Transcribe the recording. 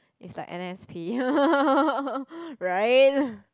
it's like n_s pay right